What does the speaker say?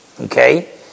Okay